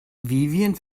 vivien